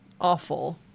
Awful